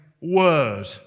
word